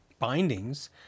bindings